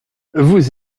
vous